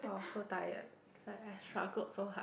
I was so tired like I struggled so hard